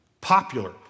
popular